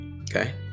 Okay